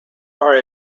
are